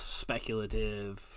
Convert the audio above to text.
speculative